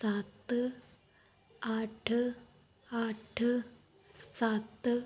ਸੱਤ ਅੱਠ ਅੱਠ ਸੱਤ